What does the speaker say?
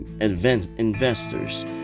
investors